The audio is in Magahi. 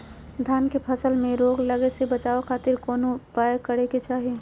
धान के फसल में रोग लगे से बचावे खातिर कौन उपाय करे के चाही?